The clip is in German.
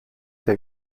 der